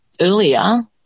earlier